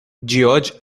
george